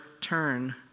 turn